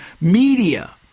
media